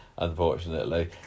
unfortunately